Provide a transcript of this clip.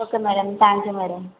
okay madam thank you madam